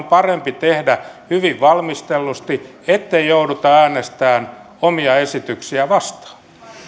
parempi tehdä hyvin valmistellusti ettei jouduta äänestämään omia esityksiä vastaan